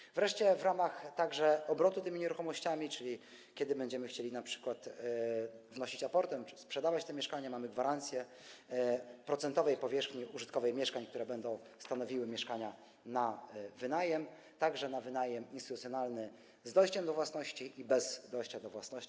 Jeśli wreszcie chodzi także o obrót tymi nieruchomościami, kiedy będziemy chcieli np. wnosić aportem czy sprzedawać to mieszkanie, mamy gwarancję procentowej powierzchni użytkowej mieszkań, które będą stanowiły mieszkania na wynajem, także na wynajem instytucjonalny z dojściem do własności i bez dojścia do własności.